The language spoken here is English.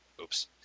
oops